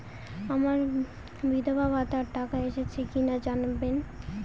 আমার বিধবাভাতার টাকা এসেছে কিনা জানাবেন?